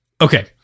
Okay